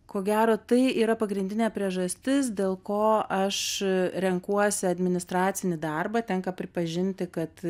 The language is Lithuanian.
ko gero tai yra pagrindinė priežastis dėl ko aš renkuosi administracinį darbą tenka pripažinti kad